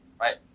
Right